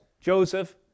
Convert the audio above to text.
Joseph